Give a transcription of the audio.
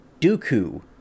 Dooku